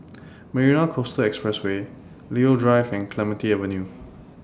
Marina Coastal Expressway Leo Drive and Clementi Avenue